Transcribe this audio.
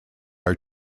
are